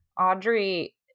audrey